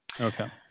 Okay